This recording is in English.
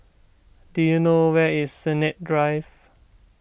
do you know where is Sennett Drive